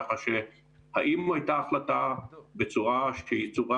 כך שהאם הייתה החלטה בצורה שהיא צורה